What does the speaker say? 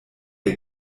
der